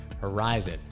Horizon